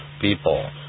people